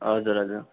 हजुर हजुर